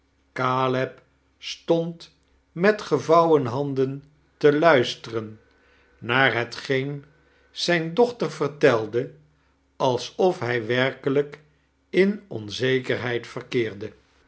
stond met gevouweu liandeii kerstvertellingen te luisteren naar hetgeen z'ijne dochter viertelde alsof hij werkelijk in onzek e rheid verkeerde